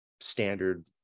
standard